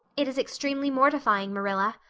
it is extremely mortifying, marilla.